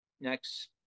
Next